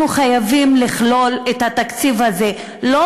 אנחנו חייבים לכלול את התקציב הזה לא